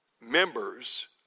members